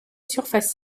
surface